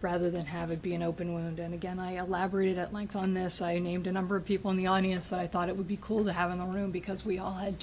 rather than have it be an open wound and again i am labrat at length on this i named a number of people in the audience i thought it would be cool to have in the room because we all had